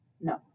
No